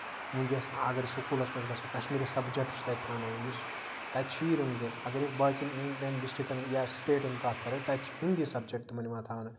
ؤنکیٚس اَگر سٔکوٗلَس منٛز گژھو کَشمیٖری سَبجٮ۪کٹ چھُ تَتہِ تھاوناوُن تَتہِ چھُیی نہٕ وٕنکیٚس اَگر أسۍ باقین ڈِسٹرکَن یا سِٹیٹَن کَتھ کرو تَتہِ چھُ ہِندی سَبجیکٹ تِمن یِوان تھاونہٕ